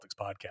podcast